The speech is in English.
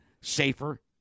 safer